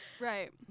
Right